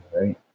right